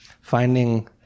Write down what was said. finding